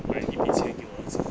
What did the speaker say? like 一杯钱给我儿子